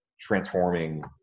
transforming